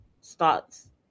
starts